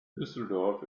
düsseldorf